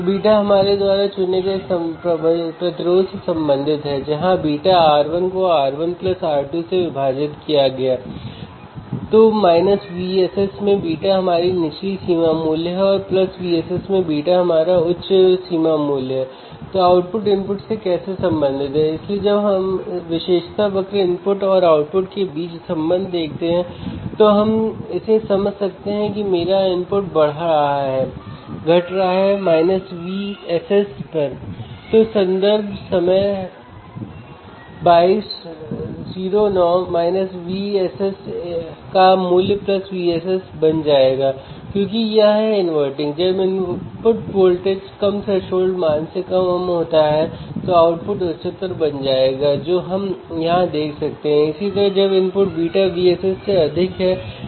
फिर V1 पर 1V peak to peak sine wave लगाए और V2 1V peak to peak sine wave लगाए Vout को देखिए और नीचे दी गई तालिका में पीक टू पीक वोल्टेज को नोट कीजिए